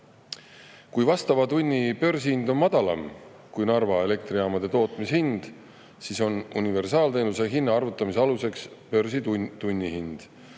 Kui vastava tunni börsihind on madalam kui Narva elektrijaamade tootmishind, siis on universaalteenuse hinna arvutamise aluseks börsi tunnihind.